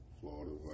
Florida